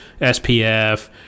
SPF